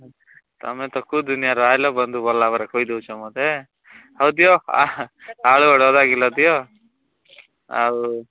ତୁମେ ତ କେଉଁ ଦୁନିଆରେ ଆସିଲ ବନ୍ଧୁ ଗଲାପରେ କହି ଦେଉଛ ମୋତେ ହଉ ଦିଅ ଆଳୁ ଅଧା କିଲୋ ଦିଅ ଆଉ